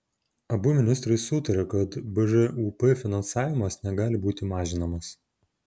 abu ministrai sutarė kad bžūp finansavimas negali būti mažinamas